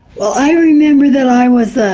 well i remember that i was ah